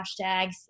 hashtags